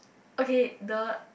okay the